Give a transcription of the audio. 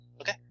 Okay